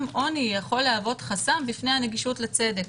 עוני יכול להוות חסם בפני הנגישות לצדק.